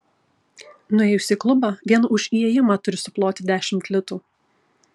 nuėjus į klubą vien už įėjimą turi suploti dešimt litų